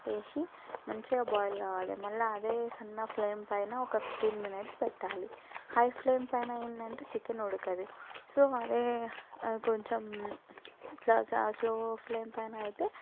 వేసి మంచిగా బాయిల్ కావాలి మళ్ళీ అదే సన్నఫ్లేమ్ పైన ఒక ఫిఫ్టీన్ మినిట్స్ పెట్టాలి హై ఫ్లేమ్ పైన ఏంటంటే చికెన్ ఉడకదు సో అదే కొంచెం ఫ్లేమ్ పైన అయితే